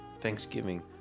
Thanksgiving